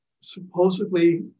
Supposedly